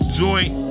joint